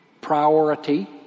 priority